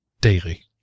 daily